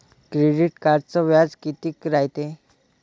Credit कार्डचं व्याज कितीक रायते?